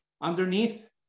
underneath